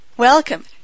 Welcome